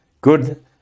good